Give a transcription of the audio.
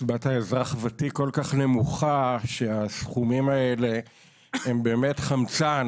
קצבת האזרח ותיק כל כך נמוכה שהסכומים האלה הם באמת חמצן,